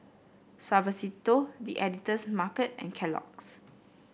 Suavecito The Editor's Market and Kellogg's